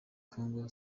congo